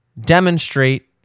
demonstrate